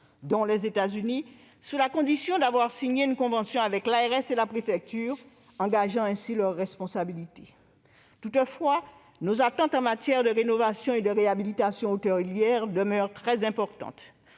dont les États-Unis, à la condition d'avoir signé une convention avec l'ARS et la préfecture, engageant ainsi leurs responsabilités. Toutefois, nos attentes en matière de rénovation et de réhabilitation hôtelières demeurent très importantes.